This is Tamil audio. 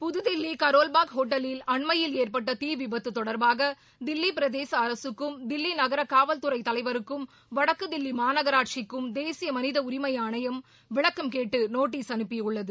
புதுதில்லி கரோல்பாஹ் ஒட்டலில் அண்மையில் ஏற்பட்ட தீவிபத்து தொடர்பாக தில்லி பிரதேச அரசுக்கும் தில்லி நகர காவல்துறை தலைவருக்கும் வடக்கு தில்லி மாநகராட்சிக்கும் தேசிய மனித உரிமை ஆணையம் விளக்கம் கேட்டு நோட்டீஸ் அனுப்பியுள்ளது